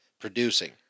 producing